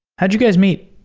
how do you guys meet?